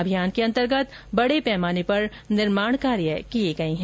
अभियान के अंतर्गत बड़े पैमाने पर निर्माण कार्य किए गए हैं